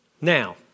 Now